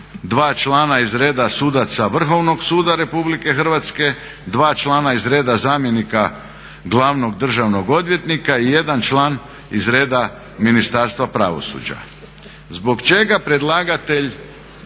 dva člana iz reda sudaca Vrhovnog suda Republike Hrvatske, dva člana iz reda zamjenika glavnog državnog odvjetnika i jedan član iz reda Ministarstva pravosuđa. Zbog čega predlagatelj,